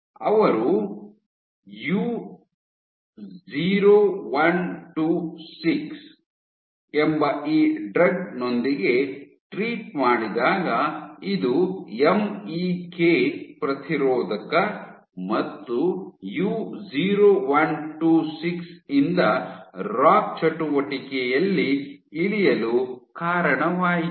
ಅವರು U0126 ಎಂಬ ಈ ಡ್ರಗ್ ದೊಂದಿಗೆ ಟ್ರೀಟ್ ಮಾಡಿದಾಗ ಇದು ಎಂಇಕೆ ಪ್ರತಿರೋಧಕ ಮತ್ತು U0126 ಇಂದ ರಾಕ್ ಚಟುವಟಿಕೆಯಲ್ಲಿ ಇಳಿಯಲು ಕಾರಣವಾಯಿತು